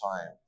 time